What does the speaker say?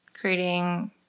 creating